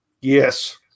Yes